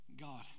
God